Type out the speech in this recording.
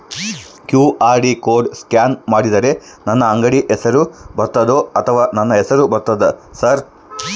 QR code scan ಮಾಡಿದರೆ ನನ್ನ ಅಂಗಡಿ ಹೆಸರು ಬರ್ತದೋ ಅಥವಾ ನನ್ನ ಹೆಸರು ಬರ್ತದ ಸರ್?